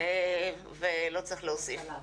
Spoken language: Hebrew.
ולא צריך להוסיף.